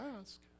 ask